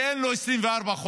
כי אין לו 24 חודש.